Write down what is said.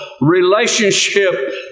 relationship